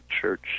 church